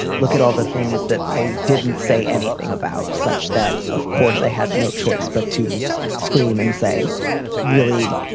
look at all the things that i didn't say anything about such that, of course, i had no choice but to scream and say really,